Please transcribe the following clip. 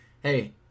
Hey